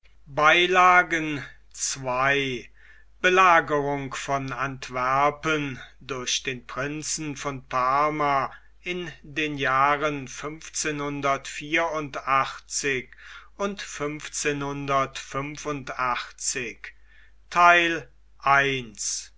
ii belagerung von antwerpen durch den prinzen von parma in den jahren und